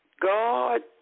God